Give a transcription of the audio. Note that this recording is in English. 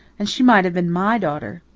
and she might have been my daughter,